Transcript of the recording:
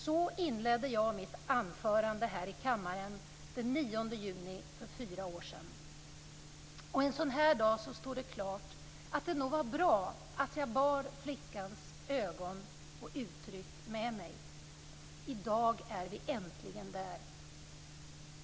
Så inledde jag mitt anförande här i kammaren den 9 juni för fyra år sedan. Och en sådan här dag står det klart att det nog var bra att jag bar flickans ögon och uttryck med mig. I dag är vi äntligen där.